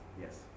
yes